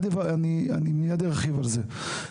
אני מיד ארחיב על זה.